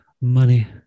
money